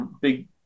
big